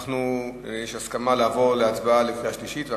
יש הסכמה לעבור להצבעה בקריאה שלישית?